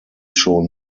schon